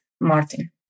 Martin